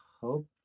hope